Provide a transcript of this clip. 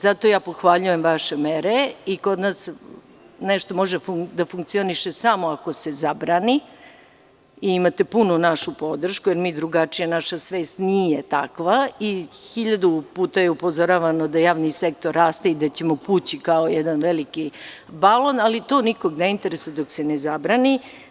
Zato ja pohvaljujem vaše mere i kod nas nešto može da funkcioniše samo ako se zabrani i imate punu našu podršku, jer mi drugačije, naša svest nije takva i hiljadu puta je upozoravano da javni sektor raste i da ćemo pući kao jedan veliki balon, ali to nikoga ne interesuje dok se ne zabrani.